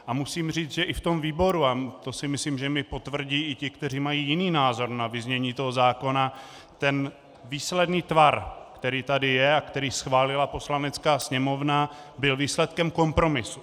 A musím říct, že i v tom výboru, a to si myslím, že mi potvrdí i ti, kteří mají jiný názor na vyznění zákona, ten výsledný tvar, který tady je a který schválila Poslanecká sněmovna, byl výsledkem kompromisu.